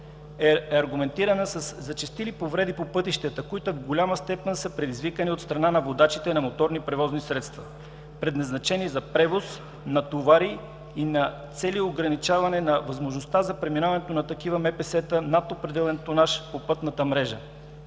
е аргументирана със зачестилите повреди по пътищата, които в голяма степен са предизвикани от страна на водачите на моторни превозни средства, предназначени за превоз на товари, и целú ограничаване на възможността за преминаване на такива МПС-та над определен тонаж по пътната мрежа.